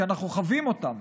כי אנחנו חווים אותם,